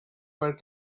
per